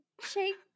shake